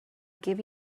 give